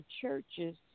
churches